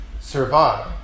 survive